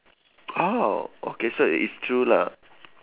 oh okay so it is true lah